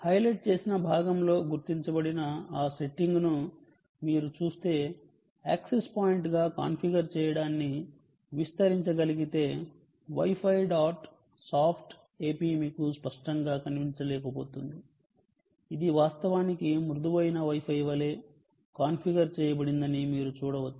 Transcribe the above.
highlight చేసిన భాగంలో గుర్తించబడిన ఆ సెట్టింగ్ను మీరు చూస్తే యాక్సెస్ పాయింట్గా కాన్ఫిగర్ చేయడాన్ని విస్తరించగలిగితే wi fi dot soft AP మీకు స్పష్టంగా చూపించలేకపోతుంది ఇది వాస్తవానికి మృదువైన Wi Fi వలె కాన్ఫిగర్ చేయబడిందని మీరు చూడవచ్చు